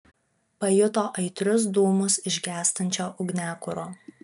pajuto aitrius dūmus iš gęstančio ugniakuro